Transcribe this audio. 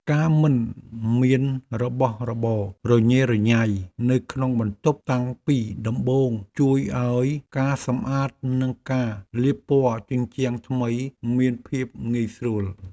ការមិនមានរបស់របររញ៉េរញ៉ៃនៅក្នុងបន្ទប់តាំងពីដំបូងជួយឱ្យការសម្អាតនិងការលាបពណ៌ជញ្ជាំងថ្មីមានភាពងាយស្រួល។